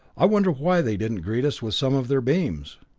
i wonder why they didn't greet us with some of their beams,